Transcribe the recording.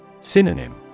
Synonym